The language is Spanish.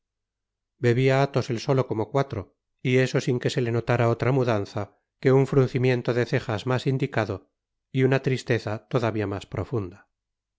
bebia athos él solo como cuatro y eso sin que se le notára otra mudanza que un fruncimiento de cejas mas indicado y una tristeza todavia mas profunda